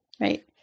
right